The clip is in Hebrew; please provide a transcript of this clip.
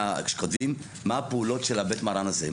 כשכותבים מה הפעולות של הבית מרן הזה,